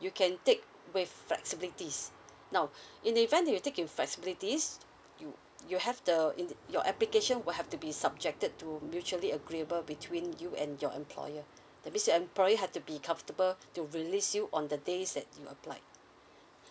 you can take with flexibilities now in the event you take in flexibilities you you have the in your application will have to be subjected to mutually agreeable between you and your employer that means your employer had to be comfortable to release you on the days that you applied